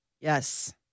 Yes